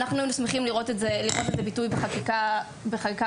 ואנחנו היינו שמחים לראות לזה ביטוי בחקיקה הראשית.